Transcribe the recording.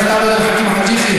חבר הכנסת עבד אל חכים חאג' יחיא,